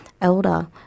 elder